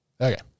Okay